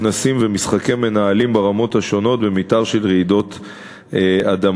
כנסים ומשחקי מנהלים ברמות השונות במתאר של רעידות אדמה,